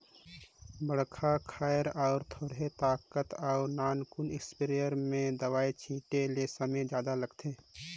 बड़खा खायर में थोरहें ताकत अउ नानकुन इस्पेयर में दवई छिटे ले समे जादा लागथे